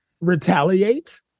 retaliate